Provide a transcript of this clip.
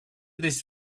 this